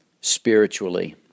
spiritually